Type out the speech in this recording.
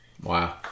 wow